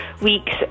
weeks